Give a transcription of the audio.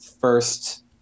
first